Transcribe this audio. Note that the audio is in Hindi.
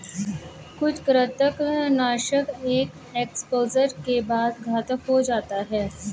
कुछ कृंतकनाशक एक एक्सपोजर के बाद घातक हो जाते है